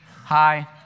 hi